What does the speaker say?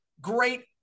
great